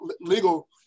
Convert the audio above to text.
legal